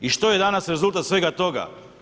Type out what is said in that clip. I što je danas rezultat svega toga?